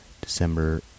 December